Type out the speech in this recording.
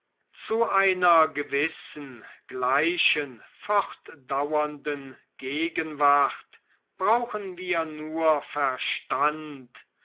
zu einer gewissen gleichen fortdauernden gegenwart brauchen wir nur verstand